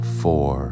four